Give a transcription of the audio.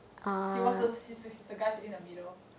he was the he's the guy sitting in the middle